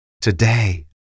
today